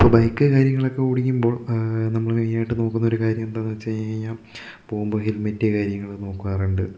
ഇപ്പം ബൈക്ക് കാര്യങ്ങളൊക്കെ ഓടിക്കുമ്പോൾ നമ്മള് മെയിനായിട്ട് നോക്കുന്ന ഒരു കാര്യം എന്താന്ന് വെച്ച് കഴിഞ്ഞ് കഴിഞ്ഞാൽ പോകുമ്പോൾ ഹെൽമെറ്റ് കാര്യങ്ങള് നോക്കാറുണ്ട്